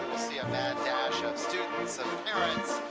see a mad dash of students and parents